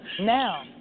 Now